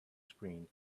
screen